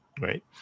right